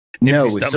No